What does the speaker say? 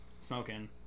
smoking